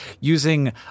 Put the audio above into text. using